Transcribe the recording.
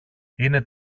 είναι